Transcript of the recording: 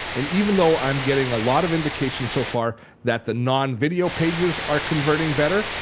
and even though i'm getting a lot of indication so far that the non-video pages are converting better,